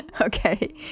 Okay